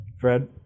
Fred